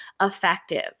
effective